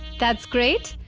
that's great.